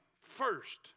first